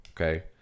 Okay